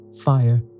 Fire